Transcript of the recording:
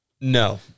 No